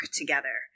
together